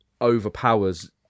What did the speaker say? overpowers